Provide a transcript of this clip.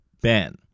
Ben